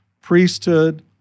priesthood